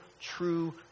true